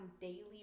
daily